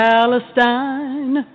Palestine